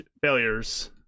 failures